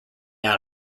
out